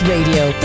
Radio